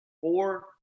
Four